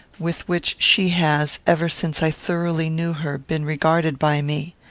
with which she has, ever since i thoroughly knew her, been regarded by me.